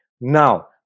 Now